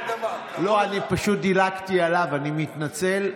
לא, אני פשוט דילגתי עליו, אני מתנצל.